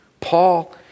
Paul